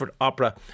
Opera